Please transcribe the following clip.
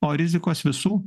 o rizikos visų